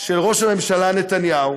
של ראש הממשלה נתניהו,